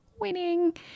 winning